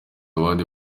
abandi